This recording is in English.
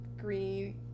green